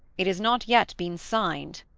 it has not yet been signed.